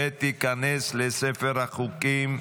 וייכנס לספר החוקים.